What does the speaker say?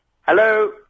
Hello